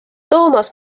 toomas